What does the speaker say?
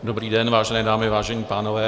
Dobrý den, vážené dámy, vážení pánové.